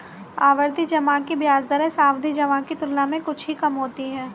आवर्ती जमा की ब्याज दरें सावधि जमा की तुलना में कुछ ही कम होती हैं